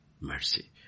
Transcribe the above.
mercy